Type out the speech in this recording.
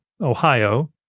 ohio